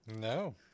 No